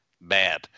bad